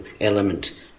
element